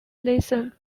listed